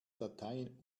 dateien